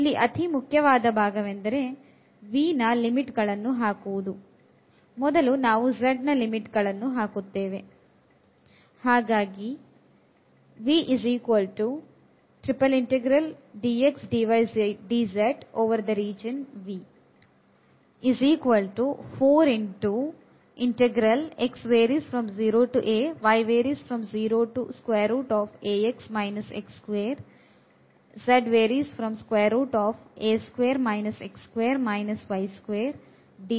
ಇಲ್ಲಿ ಅತಿಮುಖ್ಯವಾದ ಭಾಗವೆಂದರೆ V ಲಿಮಿಟ್ ಗಳನ್ನು ಹಾಕುವುದು